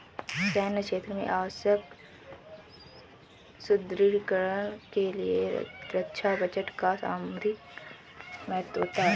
सैन्य क्षेत्र में आवश्यक सुदृढ़ीकरण के लिए रक्षा बजट का सामरिक महत्व होता है